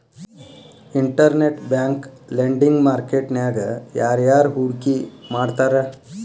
Internet bank lending market ನ್ಯಾಗ ಯಾರ್ಯಾರ್ ಹೂಡ್ಕಿ ಮಾಡ್ತಾರ?